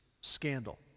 scandal